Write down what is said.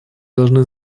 должны